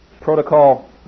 protocol